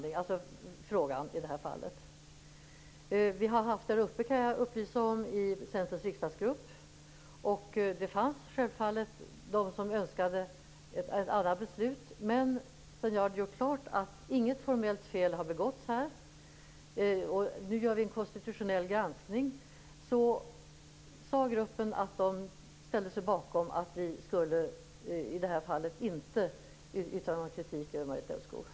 Jag kan upplysa om att vi har haft frågan uppe i Centerns riksdagsgrupp, och det fanns självfallet några som önskade ett annat beslut. Men sedan jag gjort klart att inget formellt fel har begåtts - det är en konstitutionell granskning som vi nu gör - sade gruppen att den ställde sig bakom att vi i detta fall inte skulle yttra någon kritik över Marita Ulvskog.